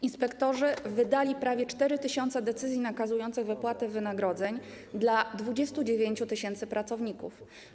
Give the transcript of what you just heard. Inspektorzy wydali prawie 4 tys. decyzji nakazujących wypłatę wynagrodzeń dla 29 tys. pracowników.